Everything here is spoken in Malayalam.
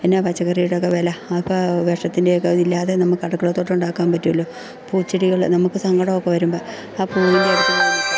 എന്നാ പച്ചക്കറിയുടെ ഒക്കെ വില അപ്പോൾ വിഷത്തിൻ്റെയൊക്കെ അതില്ലാതെ നമുക്ക് അടുക്കളത്തോട്ടം ഉണ്ടാക്കാൻ പറ്റുമല്ലോ പൂച്ചെടികൾ നമുക്ക് സങ്കടമൊക്കെ വരുമ്പോൾ ആ പൂവിൻ്റെ അടുത്തുപോയി നിൽക്കാൻ